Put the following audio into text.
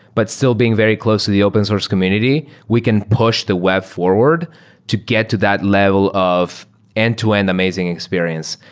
but still being very close to the open source community, we can push the web forward to get to that level of end-to-end amazing experience.